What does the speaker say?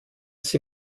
sie